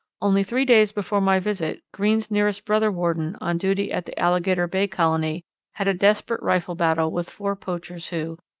only three days before my visit greene's nearest brother warden on duty at the alligator bay colony had a desperate rifle battle with four poachers who,